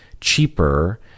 cheaper